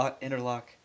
Interlock